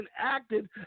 enacted